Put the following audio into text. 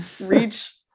reach